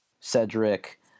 Cedric